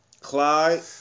Clyde